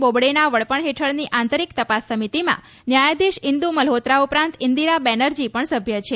બોબડેના વડપણ હેઠળની આંતરીક તપાસ સમિતિમાં ન્યાયાધીશ ઈન્દુ મલ્હોત્રા ઉપરાંત ઈન્દિરા બેનરજી પણ સભ્ય છે